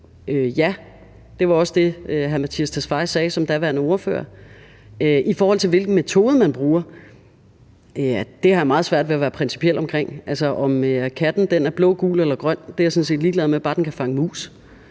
Ja, og det var også det, hr. Mattias Tesfaye sagde som daværende ordfører. I forhold til hvilken metode man bruger, vil jeg sige, at det har jeg meget svært ved at være principiel om. Om katten er blå, gul eller grøn, er jeg sådan set ligeglad med, bare den kan fange mus,